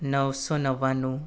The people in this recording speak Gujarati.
નવસો નવાણું